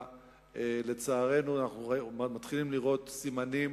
ולצערנו אנחנו מתחילים לראות סימנים